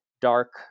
dark